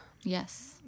yes